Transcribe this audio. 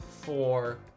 four